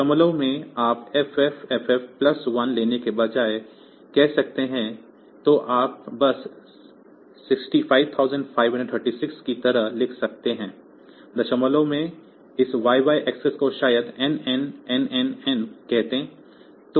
दशमलव में आप FFFF प्लस 1 लेने के बजाय कह सकते हैं तो आप बस 65536 की तरह लिख सकते हैं दशमलव में इस YYXX को शायद NNNNN कहें